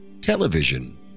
Television